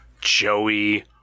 Joey